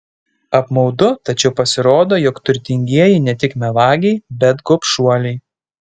apmaudu tačiau pasirodo jog turtingieji ne tik melagiai bet gobšuoliai